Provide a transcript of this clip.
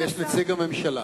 יש נציג הממשלה,